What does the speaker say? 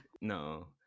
No